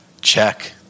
Check